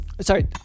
Sorry